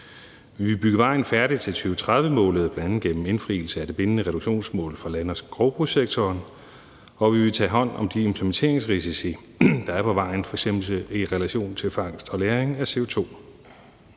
Vi vil bygge vejen færdig til 2030-målet, bl.a. gennem indfrielse af det bindende reduktionsmål for land- og skovbrugssektoren, og vi vil tage hånd om de implementeringsrisici, der er på vejen, f.eks. i relation til fangst og lagring af CO2.